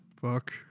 Fuck